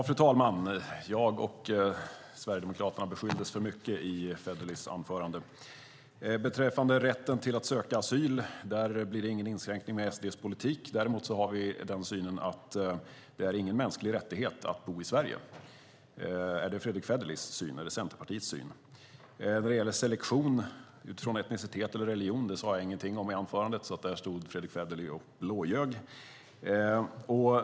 Fru talman! Jag och Sverigedemokraterna beskylldes för mycket i Federleys anförande. Beträffande rätten att söka asyl blir det ingen inskränkning med SD:s politik. Däremot har vi synen att det inte är någon mänsklig rättighet att bo i Sverige. Är det Fredrick Federleys eller Centerpartiets syn? Jag sade ingenting i anförandet om selektion utifrån etnicitet eller religion. Där stod Fredrick Federley och blåljög.